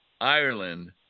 Ireland